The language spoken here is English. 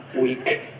week